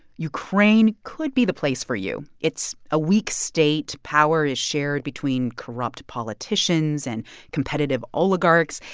ukraine could be the place for you. it's a weak state. power is shared between corrupt politicians and competitive oligarchs.